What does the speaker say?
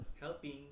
helping